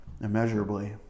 immeasurably